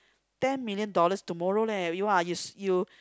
ten million dollars tomorrow leh you are used you